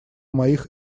моих